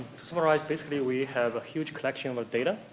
summarize basically, we have a huge collection of of data,